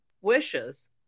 wishes